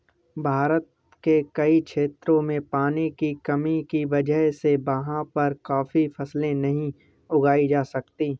भारत के कई क्षेत्रों में पानी की कमी की वजह से वहाँ पर काफी फसलें नहीं उगाई जा सकती